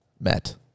met